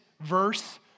verse